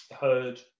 heard